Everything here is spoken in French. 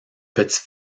petit